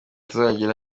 tuzagira